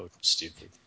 stupid